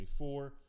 24